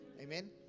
Amen